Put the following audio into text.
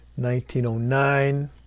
1909